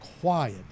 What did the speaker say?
quiet